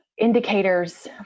Indicators